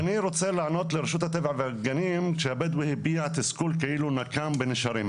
אני רוצה לענות לרשות הטבע והגנים שהבדואי הביע תסכול כאילו נקם בנשרים.